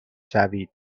شوید